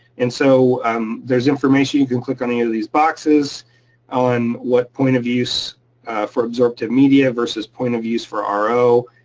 and so there's information you can click on any of these boxes on what point of use for adsorptive media versus point of use for ro.